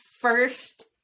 first